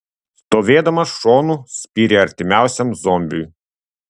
stovėdamas šonu spyrė artimiausiam zombiui